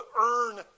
earn